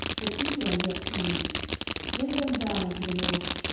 the people are yet too many bring them down unto the water,